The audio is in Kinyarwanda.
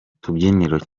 tubyiniro